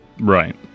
right